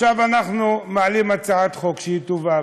עכשיו אנחנו מעלים הצעת חוק שהיא טובה,